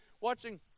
watching